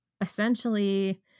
essentially